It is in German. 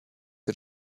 wir